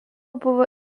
buvo